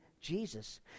Jesus